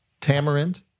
Tamarind